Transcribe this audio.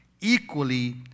equally